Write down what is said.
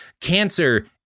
cancer